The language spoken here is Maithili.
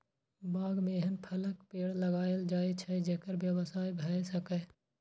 बाग मे एहन फलक पेड़ लगाएल जाए छै, जेकर व्यवसाय भए सकय